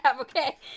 okay